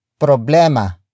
Problema